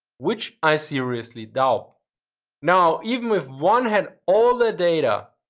which i seriously doubt now, even if one had all the data,